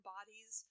Bodies